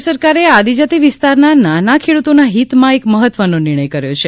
રાજ્ય સરકારે આદિજાતિ વિસ્તારના નાના ખેડ્રતોના હિતમાં મહત્વનો નિર્ણય કર્યો છે